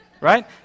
right